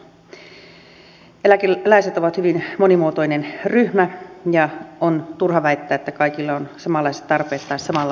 eläkeläiset ovat hyvin monimuotoinen ryhmä ja on turha väittää että kaikilla on samanlaiset tarpeet tai samanlainen elämäntilanne